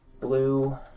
blue